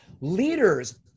leaders